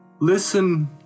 listen